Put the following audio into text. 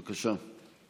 בבקשה.